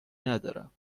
ندارم